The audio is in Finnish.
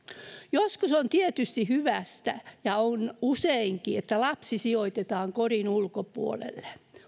joskus on tietysti hyvästä ja on useinkin että lapsi sijoitetaan kodin ulkopuolelle